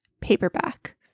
paperback